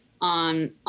on